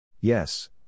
Yes